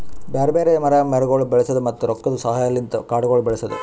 ಬ್ಯಾರೆ ಬ್ಯಾರೆ ಮರ, ಬೇರಗೊಳ್ ಬಳಸದ್, ಮತ್ತ ರೊಕ್ಕದ ಸಹಾಯಲಿಂತ್ ಕಾಡಗೊಳ್ ಬೆಳಸದ್